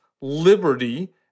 liberty